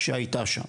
שהייתה שם.